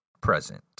present